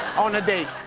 on a date.